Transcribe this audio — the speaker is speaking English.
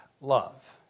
love